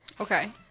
Okay